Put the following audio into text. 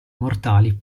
mortali